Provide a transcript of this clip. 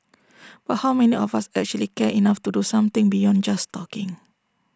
but how many of us actually care enough to do something beyond just talking